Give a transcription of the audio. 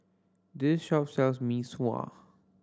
this shop sells Mee Sua